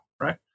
right